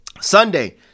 Sunday